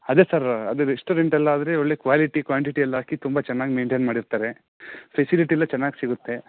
ಅದೇ ಸರ್ ಅದೇ ರೆಸ್ಟೋರೆಂಟ್ ಎಲ್ಲ ಆದರೆ ಒಳ್ಳೆಯ ಕ್ವಾಲಿಟಿ ಕ್ವಾಂಟಿಟಿ ಎಲ್ಲ ಹಾಕಿ ತುಂಬ ಚೆನ್ನಾಗಿ ಮೇಯ್ನ್ಟೇನ್ ಮಾಡಿರ್ತಾರೆ ಫೆಸಿಲಿಟಿ ಎಲ್ಲ ಚೆನ್ನಾಗಿ ಸಿಗುತ್ತೆ